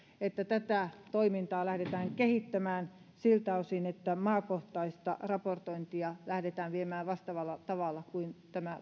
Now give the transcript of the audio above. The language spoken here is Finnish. että tätä toimintaa lähdetään kehittämään siltä osin että maakohtaista raportointia lähdetään viemään vastaavalla tavalla kuin tämä